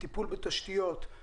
טיפול בתשתיות,